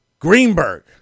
Greenberg